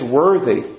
worthy